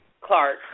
Clark